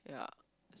yeah